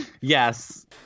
Yes